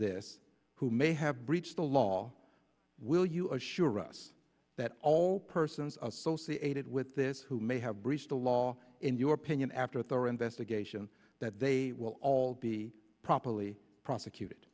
this who may have breached the law will you assure us that all persons of associated with this who may have breached the law in your opinion after a thorough investigation that they will all be properly prosecuted